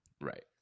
Right